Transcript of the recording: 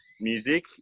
music